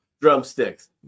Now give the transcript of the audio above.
drumsticks